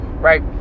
right